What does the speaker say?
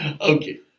Okay